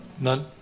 None